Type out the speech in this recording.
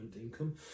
income